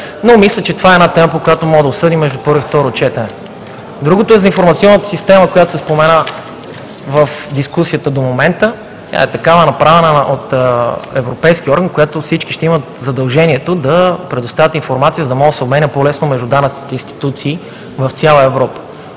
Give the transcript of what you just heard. Но мисля, че това е една тема, която можем да обсъдим между първо и второ четене. Другото е за информационната система, която се спомена в дискусията до момента – тя е такава, направена е от европейски орган. По нея всички ще имат задължението да предоставят информация, за да може да се обменя по-лесно между данъчните институции в цяла Европа.